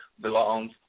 belongs